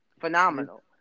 phenomenal